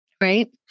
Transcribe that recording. Right